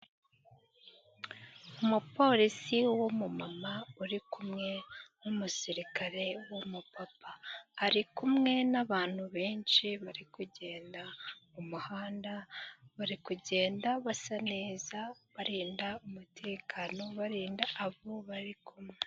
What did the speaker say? Umupolisi w'umumama uri kumwe n'umusirikare w'umupapa, ari kumwe n'abantu benshi bari kugenda mu muhanda, bari kugenda basa neza barinda umutekano, barinda abo bari kumwe.